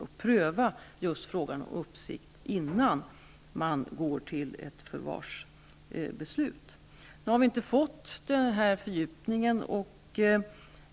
Man skall pröva just frågan om uppsikt innan man går till ett förvarsbeslut. Nu har vi inte fått denna fördjupning.